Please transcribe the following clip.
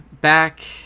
back